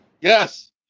Yes